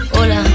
hola